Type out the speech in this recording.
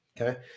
Okay